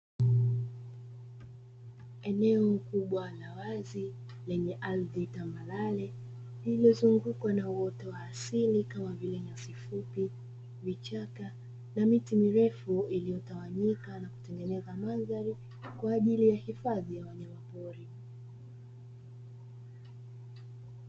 Eneo kubwa la wazi lenye ardhi tambarare lililozungukwa na uoto wa asili kama vile nyasi fupi, vichaka na miti mirefu iliyotawanyika na kutengeneza mandhari kwa ajili ya hifadhi ya wanyamapori.